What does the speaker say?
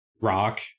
Rock